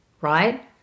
right